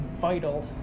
vital